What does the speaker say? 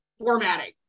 Formatting